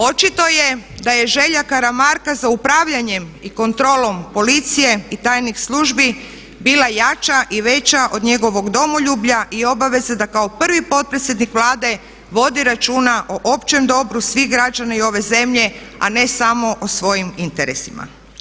Očito je da je želja Karamarka za upravljanjem i kontrolom policije i tajnih službi bila jača i veća od njegovog domoljublja i obaveza da kao prvi potpredsjednik Vlade vodi računa o općem dobru svih građana i ove zemlje a ne samo o svojim interesima.